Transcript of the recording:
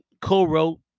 Co-wrote